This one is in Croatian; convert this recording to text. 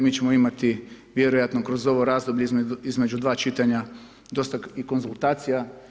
Mi ćemo imati, vjerojatno kroz ovo razdoblje između dva čitanja dosta i konzultacija.